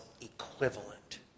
equivalent